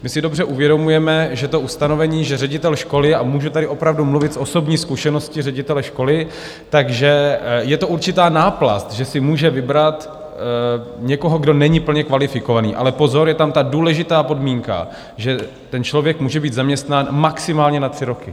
My si dobře uvědomujeme, že to ustanovení, že ředitel školy můžu tady opravdu mluvit z osobní zkušenosti ředitele školy je to určitá náplast, že si může vybrat někoho, kdo není plně kvalifikovaný, ale pozor, je tam ta důležitá podmínka, že ten člověk může být zaměstnán maximálně na tři roky.